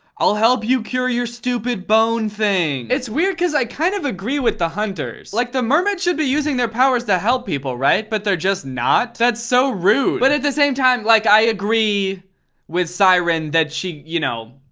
i'll help you cure your stupid bone thing. it's weird, cause i kind of agree with the hunters. like the mermaids should be using their powers to help people, right? but they're just not? that's so rude. but at the same time, like i agree with siren that she, you know,